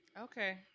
okay